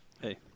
Hey